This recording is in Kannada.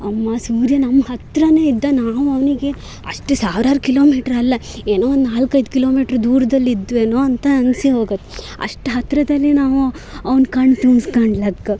ಅಮ್ಮ ಸೂರ್ಯ ನಮ್ಮ ಹತ್ರವೇ ಇದ್ದ ನಾವು ಅವನಿಗೆ ಅಷ್ಟು ಸಾವಿರಾರು ಕಿಲೊಮೀಟ್ರಲ್ಲ ಏನೋ ಒಂದು ನಾಲ್ಕೈದು ಕಿಲೊಮೀಟ್ರ್ ದೂರದಲ್ಲಿದ್ವೇನೊ ಅಂತ ಅನ್ನಿಸಿ ಹೋಗುತ್ತೆ ಅಷ್ಟು ಹತ್ರತಿರದಲ್ಲಿ ನಾವು ಅವ್ನ ಕಣ್ಣು ತುಂಬ್ಸ್ಕಣ್ಲಿಕ್ಕೆ